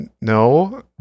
No